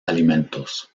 alimentos